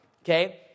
Okay